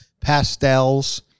pastels